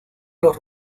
los